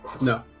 No